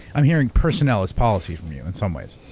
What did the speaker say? i'm hearing personnel is policy from you in some ways.